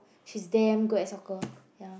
she's damn good at soccer ya